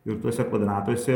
ir tuose kvadratuose